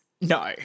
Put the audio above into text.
no